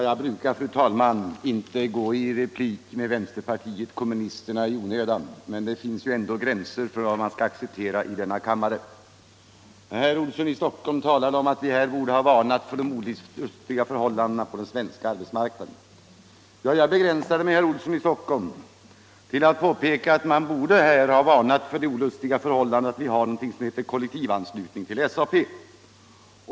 Fru talman! Jag brukar inte gå i replik mot vänsterpartiet kommunisterna i onödan, men det finns ändå gränser för vad man kan acceptera i denna kammare. Herr Olsson i Stockholm talade om att vi här borde ha varnat för de olustiga förhållandena på den svenska arbetsmarknaden. Jag begränsar mig, herr Olsson i Stockholm, till att påpeka att man borde ha varnat för det olustiga förhållandet att vi har någonting som heter kollektivanslutning till SAP.